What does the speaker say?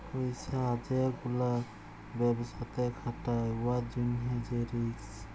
পইসা যে গুলা ব্যবসাতে খাটায় উয়ার জ্যনহে যে রিস্ক